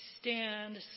stand